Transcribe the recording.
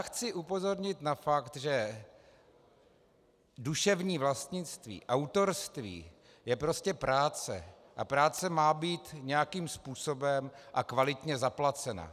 Chci upozornit na fakt, že duševní vlastnictví, autorství, je prostě práce a práce má být nějakým způsobem a kvalitně zaplacena.